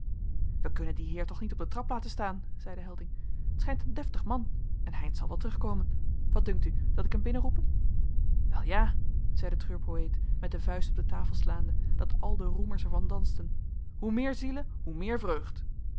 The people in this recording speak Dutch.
wij kunnen dien heer toch niet op de trap laten staan zeide helding t schijnt een deftig man en heynsz zal wel terugkomen wat dunkt u dat ik hem binnenroepe wel ja zei de treurpoëet met de vuist op de tafel slaande dat al de roemers er van dansten hoe meer zielen hoe meer vreugd